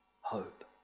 hope